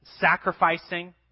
sacrificing